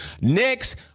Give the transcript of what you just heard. Next